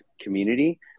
community